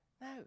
No